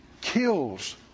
kills